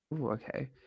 Okay